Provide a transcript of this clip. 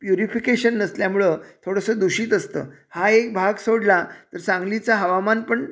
purification नसल्यामुळं थोडंसं दूषित असतं हा एक भाग सोडला तर सांगलीचा हवामान पण